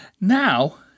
Now